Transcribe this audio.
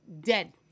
dead